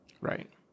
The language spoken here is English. Right